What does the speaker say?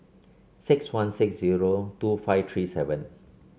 six one six zero two five three seven